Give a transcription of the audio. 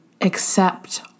accept